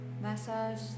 massage